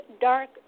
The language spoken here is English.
Dark